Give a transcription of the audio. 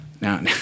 Now